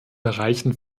bereichen